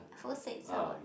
who said so